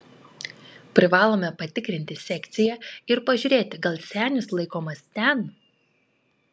privalome patikrinti sekciją ir pažiūrėti gal senis laikomas ten